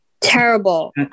Terrible